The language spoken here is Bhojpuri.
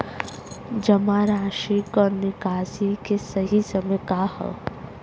जमा राशि क निकासी के सही समय का ह?